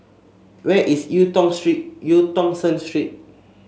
where is Eu Tong Street Eu Tong Sen Street